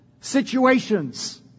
situations